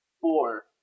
Four